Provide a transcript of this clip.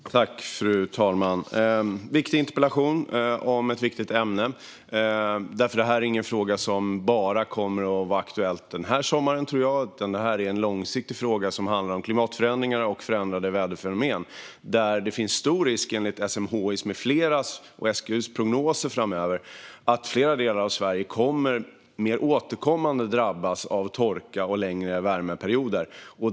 Fru talman! Detta är en viktig interpellation om ett viktigt ämne. Det här är ingen fråga som bara kommer att vara aktuell den här sommaren, utan jag tror att det är en långsiktig fråga som handlar om klimatförändringar och förändrade väderfenomen. Det finns enligt SMHI:s, SGU:s och andras prognoser stor risk för att flera delar av Sverige mer återkommande kommer att drabbas av torka och längre värmeperioder.